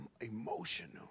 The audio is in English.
emotional